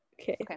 Okay